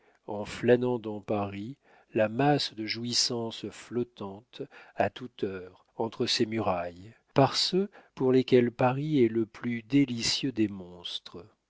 en flânant dans paris la masse de jouissances flottantes à toute heure entre ses murailles par ceux pour lesquels paris est le plus délicieux des monstres